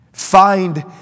Find